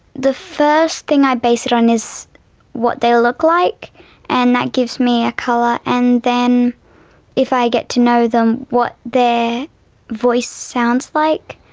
the first thing i base it on is what they look like and that gives me a colour. and then if i get to know them, what their voice sounds like.